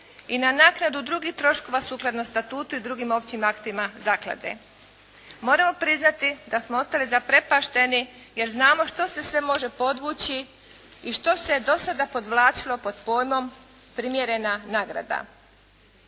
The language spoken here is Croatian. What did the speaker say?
i na naknadu drugih troškova sukladno statutu i drugim općim aktima zaklade. Moramo priznati da smo ostali zaprepašteni jer znamo što se sve može podvući i što se do sada podvlačilo pod pojmom „primjerena nagrada“.